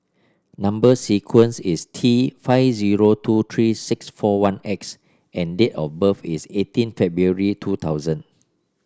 number sequence is T five zero two three six four one X and date of birth is eighteen February two thousand